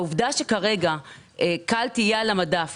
העובדה שכרגע כאל תהיה על המדף,